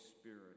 Spirit